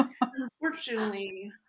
Unfortunately